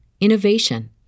innovation